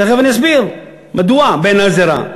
תכף אני אסביר מדוע בעיני זה רע.